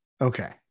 Okay